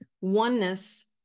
oneness